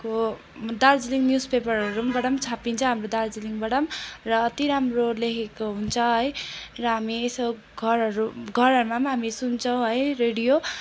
को दार्जिलिङ न्युज पेपरहरू पनि बाट पनि छापिन्छ हाम्रो दार्जिलिङबाट पनि र अति राम्रो लेखेको हुन्छ है र हामी यसो घरहरू घरहरूमा पनि हामी सुन्छौँ है रेडियो